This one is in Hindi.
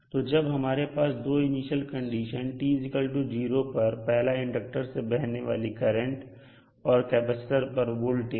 तो अब हमारे पास दो इनिशियल कंडीशन हैं t0 पर पहला इंडक्टर से बहने वाली करंट और कैपेसिटर पर वोल्टेज